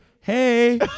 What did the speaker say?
hey